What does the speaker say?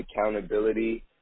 accountability